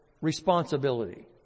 responsibility